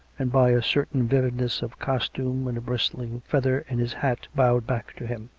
and by a certain vividness of costume and a bristling feather in his hat, bowed back to him.